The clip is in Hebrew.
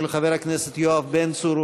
של חבר הכנסת יואב בן צור,